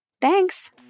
Thanks